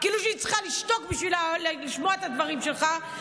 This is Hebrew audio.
כאילו היא צריכה לשתוק בשביל לשמוע את הדברים שלך,